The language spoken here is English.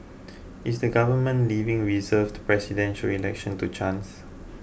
is the government leaving reserved Presidential Election to chance